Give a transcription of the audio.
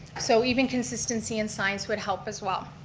so even consistency in signs would help as well.